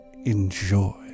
Enjoy